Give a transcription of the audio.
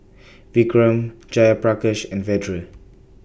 Vikram Jayaprakash and Vedre